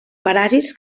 paràsits